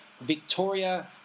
Victoria